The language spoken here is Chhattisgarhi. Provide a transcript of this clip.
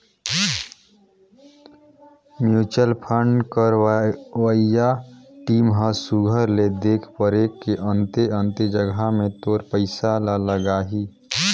म्युचुअल फंड करवइया टीम ह सुग्घर ले देख परेख के अन्ते अन्ते जगहा में तोर पइसा ल लगाहीं